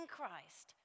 Christ